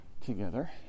together